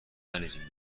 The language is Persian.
نریزیم